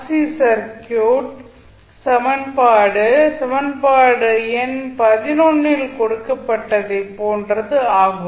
C circuit சமன்பாடு சமன்பாடு எண் ல் கொடுக்கப்பட்டதைப் போன்றது ஆகும்